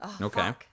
okay